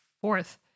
fourth